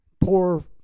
poor